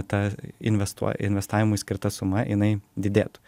ta investuo investavimui skirta suma jinai didėtų